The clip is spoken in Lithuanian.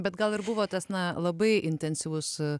bet gal ir buvo tas na labai intensyvus